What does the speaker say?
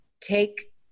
take